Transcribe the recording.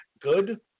good